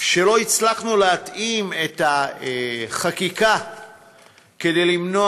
ולא הצלחנו להתאים את החקיקה כדי למנוע